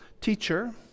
teacher